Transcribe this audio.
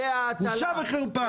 בושה וחרפה.